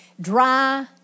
dry